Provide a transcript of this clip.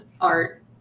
art